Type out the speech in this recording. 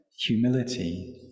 humility